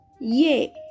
Yay